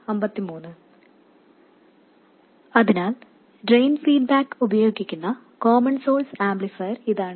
അതിനാൽ drain feedback ഉപയോഗിക്കുന്ന common source amplifier ഇതാണ്